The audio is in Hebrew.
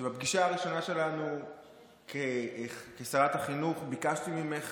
שבפגישה הראשונה שלנו כשרת החינוך ביקשתי ממך